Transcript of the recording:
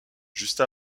juste